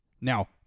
Now